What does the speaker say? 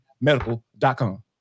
medical.com